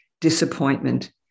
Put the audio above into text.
disappointment